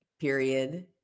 Period